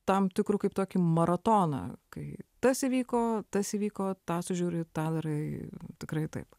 tam tikru kaip tokį maratoną kai tas įvyko tas įvyko tą sužiūri tą darai tikrai taip